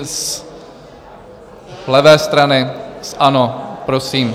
Z levé strany, ano, prosím.